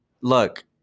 look